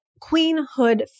queenhood